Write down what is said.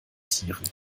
tieren